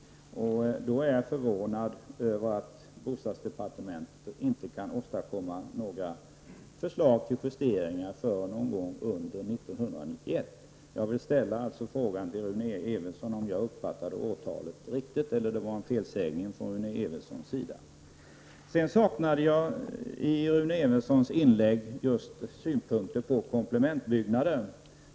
Därför är jag förvånad över att bostadsdepartementet inte kan åstadkomma några förslag till justeringar förrän någon gång under 1991. Jag vill fråga Rune Evensson om jag uppfattade årtalet rätt eller om det var en felsägning från hans sida. Jag saknade synpunkter på komplementbyggnader i Rune Evenssons inlägg.